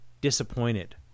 disappointed